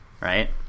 right